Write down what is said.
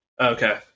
Okay